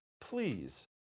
Please